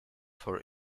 for